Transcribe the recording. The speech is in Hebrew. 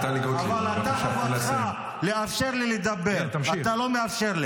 לזה החיסול של חסן נסראללה דווקא כן יעזור,